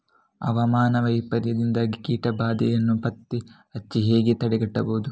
ಹವಾಮಾನ ವೈಪರೀತ್ಯದಿಂದಾಗಿ ಕೀಟ ಬಾಧೆಯನ್ನು ಪತ್ತೆ ಹಚ್ಚಿ ಹೇಗೆ ತಡೆಗಟ್ಟಬಹುದು?